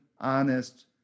honest